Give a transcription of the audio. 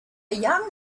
young